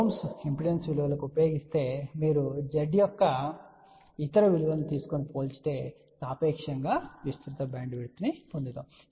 7Ω impedance విలువలకు ఉపయోగిస్తే మీరు Z యొక్క ఇతర విలువలను తీసుకుని పోల్చితే సాపేక్షంగా విస్తృత బ్యాండ్విడ్త్ పొందుతాము